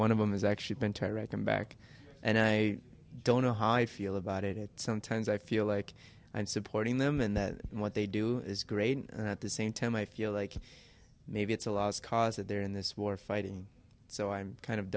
one of them has actually been to iraq and back and i don't know how i feel about it sometimes i feel like i'm supporting them and that what they do is great and at the same time i feel like maybe it's a lost cause that they're in this war fighting so i'm kind of